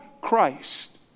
Christ